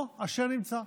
אשר נמצא.